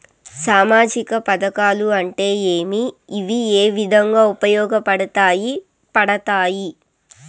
సామాజిక పథకాలు అంటే ఏమి? ఇవి ఏ విధంగా ఉపయోగపడతాయి పడతాయి?